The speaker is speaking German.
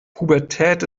pubertät